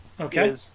Okay